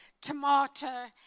tomato